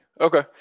okay